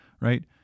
right